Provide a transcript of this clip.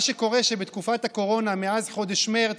מה שקורה הוא שבתקופת הקורונה, מאז חודש מרץ,